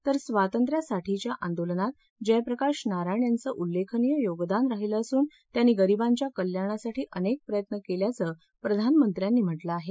तर स्वातंत्र्यासाठीच्या आंदोलनात जयप्रकाश नारायण यांचं उल्लेखनीय योगदान राहीलं असून त्यांनी गरीबांच्या कल्याणासाठी अनेक प्रयत्न केल्याचं पंतप्रधानांनी म्हटलं आहे